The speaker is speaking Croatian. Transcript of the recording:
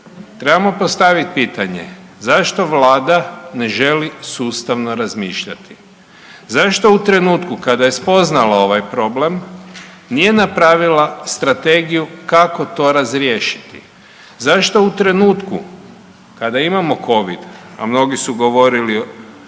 trebamo postavit pitanje zašto vlada ne želi sustavno razmišljati? Zašto u trenutku kada je spoznala ovaj problem nije napravila strategiju kako to razriješiti? Zašto u trenutku kada imamo covid, a mnogi su govorili